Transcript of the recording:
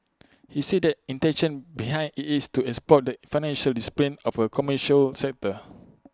he said that intention behind IT is to exploit the financial discipline of A commercial sector